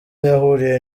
yahuriye